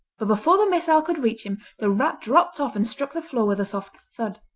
but before the missile could reach him the rat dropped off and struck the floor with a soft thud.